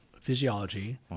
physiology